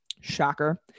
shocker